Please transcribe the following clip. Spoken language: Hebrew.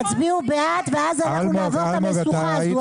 תצביעו בעד ואז אנחנו נעבור את המשוכה הזו.